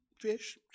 fish